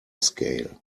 scale